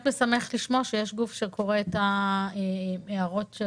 משמח לשמוע שיש גוף שקורא את ההערות של